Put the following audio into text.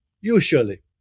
usually